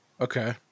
Okay